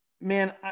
Man